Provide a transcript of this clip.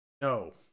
no